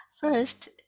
first